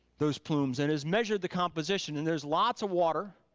those plumes and has measured the composition and there's lots of water.